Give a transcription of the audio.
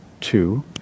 two